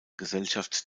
gesellschaft